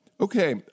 Okay